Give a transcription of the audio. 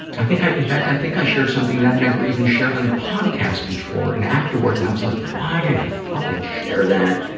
i think i, in fact, i think i shared something that i never even shared on the podcast before, and afterwards i was like, why did i fucking share that?